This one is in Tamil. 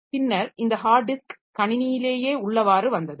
பின்னர் இந்த ஹார்ட் டிஸ்க் கணினியிலேயே உள்ளவாறு வந்தது